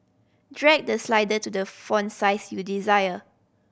drag the slider to the font size you desire